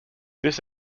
this